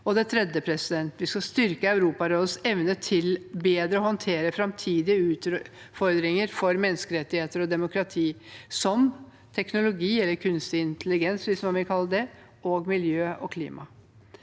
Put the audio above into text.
For det tredje: Vi skal styrke Europarådets evne til bedre å håndtere framtidige utfordringer for menneskerettigheter og demokrati, som teknologi – eller kunstig intelligens, hvis man vil kalle det det – miljø og klima.